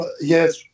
Yes